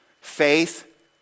Faith